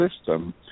system